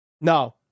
No